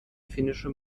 finnische